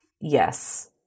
Yes